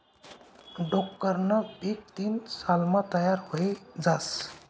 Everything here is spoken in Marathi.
टोक्करनं पीक तीन सालमा तयार व्हयी जास